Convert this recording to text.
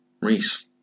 Reese